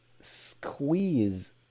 squeeze